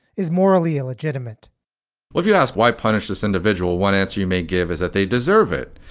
is morally illegitimate well, if you ask why punish this individual, one answer you may give is that they deserve it.